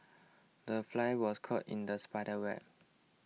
the fly was caught in the spider's web